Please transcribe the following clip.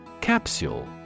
Capsule